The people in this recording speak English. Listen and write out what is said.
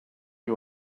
you